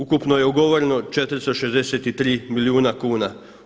Ukupno je ugovoreno 463 milijuna kuna.